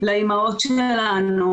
לאימהות שלנו,